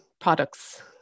products